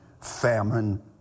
famine